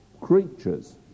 creatures